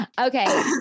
Okay